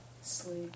Sleep